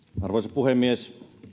arvoisa puhemies